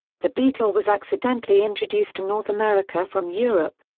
the beetle was accidentally introduced to north america from europe.